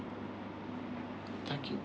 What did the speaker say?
thank you